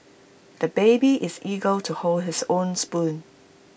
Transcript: the baby is eager to hold his own spoon